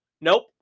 Nope